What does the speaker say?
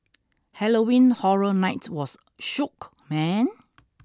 Halloween Horror Night was shook man